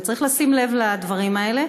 וצריך לשים לב לדברים האלה.